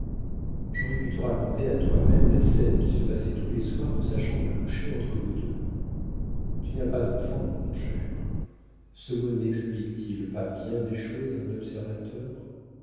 j'aurais pu te raconter à toi-même la scène qui se passait tous les soirs dans sa chambre à coucher entre vous deux tu n'as pas d'enfant mon cher ce mot nexplique t il pas bien des choses à un observateur